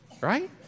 right